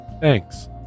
thanks